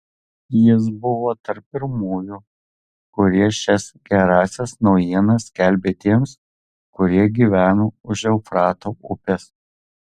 jis buvo tarp pirmųjų kurie šias gerąsias naujienas skelbė tiems kurie gyveno už eufrato upės